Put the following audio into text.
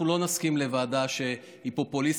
אנחנו לא נסכים לוועדה שהיא פופוליסטית,